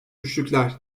güçlükler